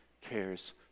cares